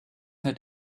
not